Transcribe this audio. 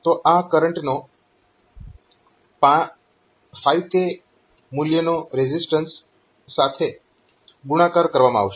તો આ કરંટનો 5K મૂલ્યના રેઝીઝટન્સ સાથે ગુણાકાર કરવામાં આવશે